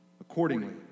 Accordingly